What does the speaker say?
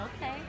Okay